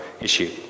issue